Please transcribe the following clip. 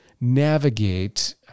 navigate